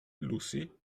lucy